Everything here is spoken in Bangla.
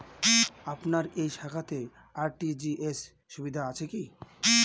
আপনার এই শাখাতে আর.টি.জি.এস সুবিধা আছে কি?